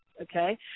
okay